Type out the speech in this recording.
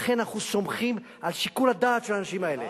לכן אנחנו סומכים על שיקול הדעת של האנשים האלה.